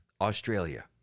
Australia